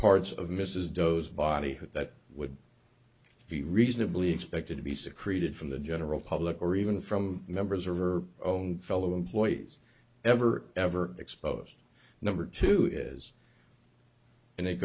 parts of mrs doe's body that would be reasonably expected to be secreted from the general public or even from members of her own fellow employees ever ever exposed number two is and it